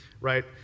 right